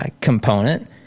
component